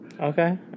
Okay